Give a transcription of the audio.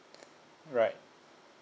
right